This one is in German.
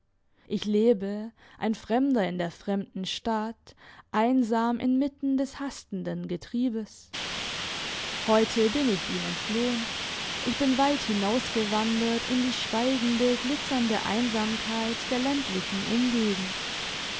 ich lebe ein fremder in der fremden stadt einsam inmitten des hastenden getriebes heute bin ich ihm entflohen ich bin weit hinausgewandert in die schweigende glitzernde einsamkeit der ländlichen umgegend